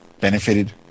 benefited